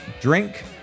drink